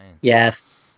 Yes